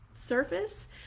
surface